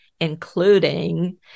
including